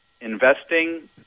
investing